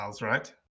right